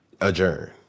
adjourn